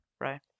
right